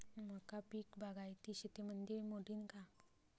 मका पीक बागायती शेतीमंदी मोडीन का?